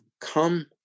come